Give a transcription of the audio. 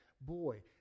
Boy